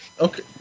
Okay